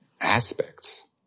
aspects